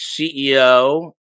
CEO